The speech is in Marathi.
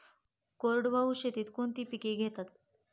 कोरडवाहू शेतीत कोणती पिके घेतात?